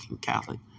Catholic